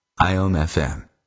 IOM-FM